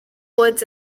woods